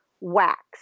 wax